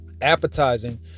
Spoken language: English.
appetizing